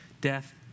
death